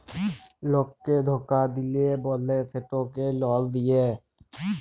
লককে ধকা দিল্যে বল্যে সেটকে লল দেঁয়